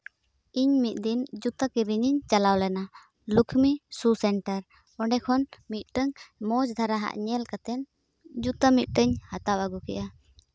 ᱤᱧ ᱢᱤᱫ ᱫᱤᱱ ᱡᱩᱛᱟᱹ ᱠᱤᱨᱤᱧᱤᱧ ᱪᱟᱞᱟᱣ ᱞᱮᱱᱟ ᱞᱚᱠᱷᱢᱤ ᱥᱩ ᱥᱮᱱᱴᱟᱨ ᱚᱸᱰᱮ ᱠᱷᱚᱱ ᱢᱤᱫᱴᱟᱹᱱ ᱢᱚᱡᱽ ᱫᱷᱟᱨᱟᱣᱟᱜ ᱧᱮᱞ ᱠᱟᱛᱮᱱ ᱡᱩᱛᱟᱹ ᱢᱤᱫᱴᱮᱱ ᱦᱟᱛᱟᱣ ᱟᱹᱜᱩ ᱠᱮᱫᱼᱟ